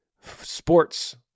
sports